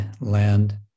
land